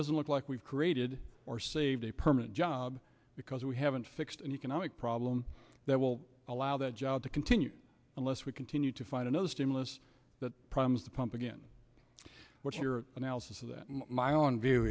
doesn't look like we've created or saved a permanent job because we haven't fixed and economic problem that will allow that job to continue unless we continue to find another stimulus that problems the pump again what's your analysis of that and my own view